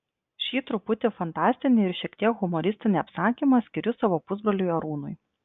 šį truputį fantastinį ir šiek tiek humoristinį apsakymą skiriu savo pusbroliui arūnui